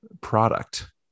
product